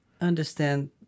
understand